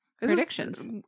predictions